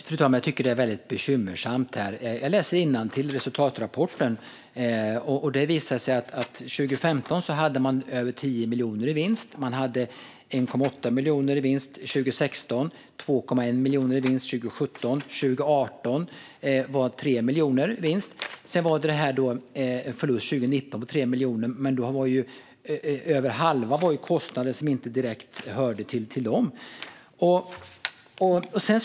Fru talman! Jag tycker att detta är bekymmersamt. Resultatrapporten visar att man år 2015 gjorde mer än 10 miljoner i vinst. År 2016 gjorde man 1,8 miljoner i vinst, 2017 gjorde man 2,1 miljoner och 2018 var vinsten 3 miljoner. Sedan var det en förlust på 3 miljoner år 2019, men över hälften av det var kostnader som inte direkt hörde till detta område.